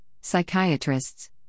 psychiatrists